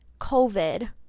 covid